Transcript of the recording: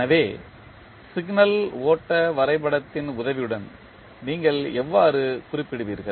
எனவே சிக்னல் ஓட்ட வரைபடத்தின் உதவியுடன் நீங்கள் எவ்வாறு குறிப்பிடுவீர்கள்